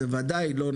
זה וודאי לא נכון,